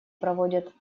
проводят